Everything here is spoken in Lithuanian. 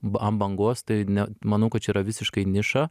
b ant bangos tai ne manau kad čia yra visiškai niša